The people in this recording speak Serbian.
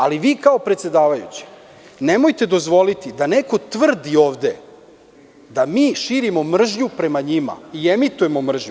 Ali, vi kao predsedavajući nemojte dozvoliti da neko tvrdi ovde da mi širimo mržnju prema njima i emitujemo mržnju.